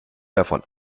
davon